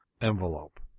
envelope